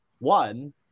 one